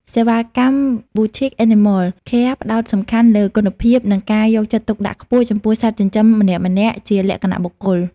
សេវាកម្ម Boutique Animal Care ផ្ដោតសំខាន់លើគុណភាព និងការយកចិត្តទុកដាក់ខ្ពស់ចំពោះសត្វចិញ្ចឹមម្នាក់ៗជាលក្ខណៈបុគ្គល។